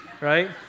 Right